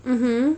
mmhmm